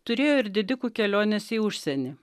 turėjo ir didikų kelionės į užsienį